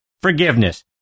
forgiveness